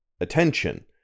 attention